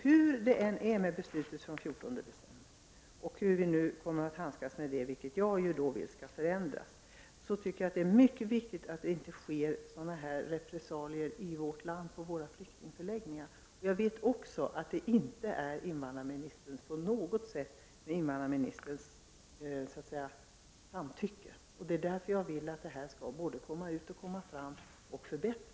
Hur det än är med beslutet från den 14 december, vilket jag tycker skall förändras, och hur vi nu skall handskas med det, anser jag att det är mycket viktigt att det inte utspelar sig repressalier i vårt land på våra flyktingförläggningar. Jag vet också att det inte på något sätt sker med invandrarministerns samtycke. Det är därför jag vill att detta skall komma ut och att en förbättring skall ske.